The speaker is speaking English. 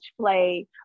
play